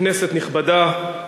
כנסת נכבדה,